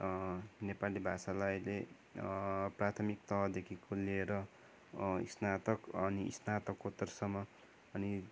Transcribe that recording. नेपाली भाषालाई अहिले प्राथमिक तहदेखिको लिएर स्नातक अनि स्नातकोत्तरसम्म अनि